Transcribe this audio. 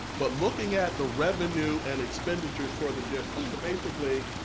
but looking at the revenue and expenditures for the district. so basically,